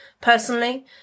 personally